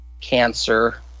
cancer